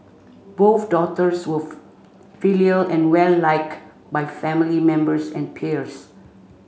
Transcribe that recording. both daughters were filial and well liked by family members and peers